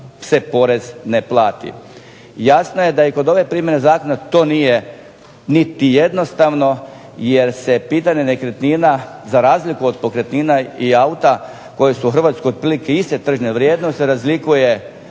se porez ne plati. Jasno je da i kod ove primjene zakona to nije niti jednostavno jer se pitanje nekretnina za razliku od pokretnina i auta koji su u Hrvatskoj otprilike iste tržišne vrijednosti razlikuje